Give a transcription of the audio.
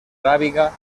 arábiga